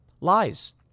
Lies